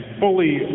fully